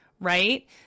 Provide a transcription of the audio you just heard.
right